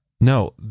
no